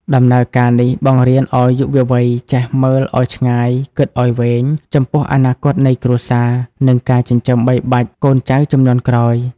ដំណើរការនេះបង្រៀនឱ្យយុវវ័យចេះ "មើលឱ្យឆ្ងាយ គិតឱ្យវែង" ចំពោះអនាគតនៃគ្រួសារ និងការចិញ្ចឹមបីបាច់កូនចៅជំនាន់ក្រោយ។